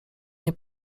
nie